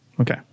Okay